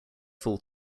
full